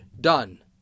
done